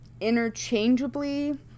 interchangeably